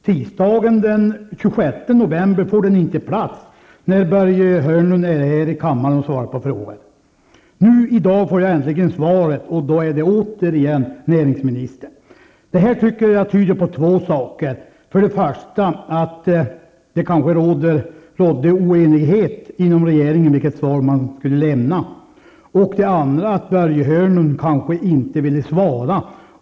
Tisdagen den 26 november när Börje Hörnlund svarar på frågor i kammaren får min fråga inte plats. I dag får jag äntligen ett svar. Då har frågan återigen hamnat hos näringsministern. Jag tycker att det här tyder på två saker. För det första rådde det kanske oenighet inom regeringen om vilket svar man skulle lämna. För det andra kanske Börje Hörnlund inte ville svara.